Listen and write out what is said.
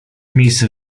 miejsce